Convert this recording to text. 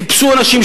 חיפשו אנשים,